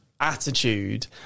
attitude